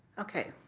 okay,